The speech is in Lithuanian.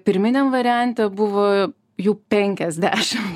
pirminiam variante buvo jų penkiasdešim